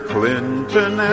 Clinton